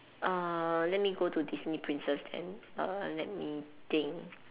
uh let me go to Disney princess then err let me think